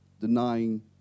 denying